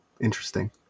interesting